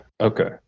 Okay